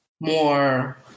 more